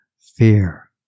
fear